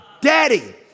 daddy